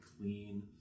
clean